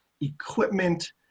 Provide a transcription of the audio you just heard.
equipment